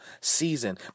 season